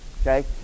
okay